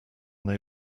they